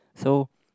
so